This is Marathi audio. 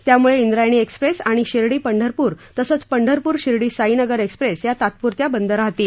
त्यामुळे इंद्रायणी एक्सप्रेस आणि शिर्डी पंढरपूर तसंच पंढरपूर शिर्डी साईनगर एक्सप्रेस या तात्पुरत्या बंद राहतील